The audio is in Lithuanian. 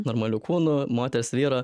normaliu kūnu moters vyro